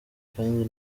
kandi